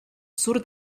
sur